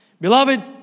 Beloved